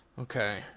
Okay